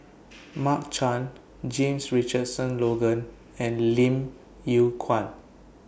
Mark Chan James Richardson Logan and Lim Yew Kuan